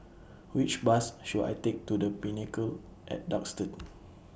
Which Bus should I Take to The Pinnacle At Duxton